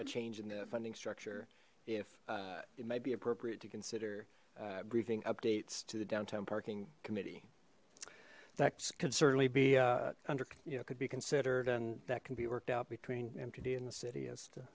a change in the funding structure if it might be appropriate to consider briefing updates to the downtown parking committee that could certainly be under you know could be considered and that can be worked out between mtd in the city as to